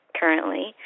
currently